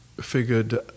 figured